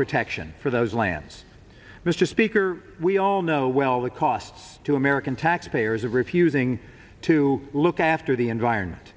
protection for those lands mr speaker we all know well the costs to american taxpayers of refusing to look after the environment